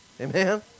Amen